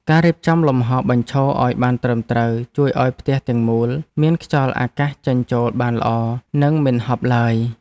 ការរៀបចំលំហរបញ្ឈរឱ្យបានត្រឹមត្រូវជួយឱ្យផ្ទះទាំងមូលមានខ្យល់អាកាសចេញចូលបានល្អនិងមិនហប់ឡើយ។